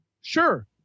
sure